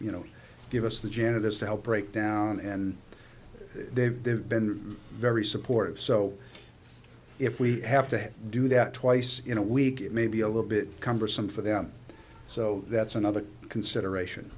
you know give us the janitors to help break down and they've been very supportive so if we have to do that twice in a week it may be a little bit cumbersome for them so that's another consideration